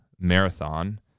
marathon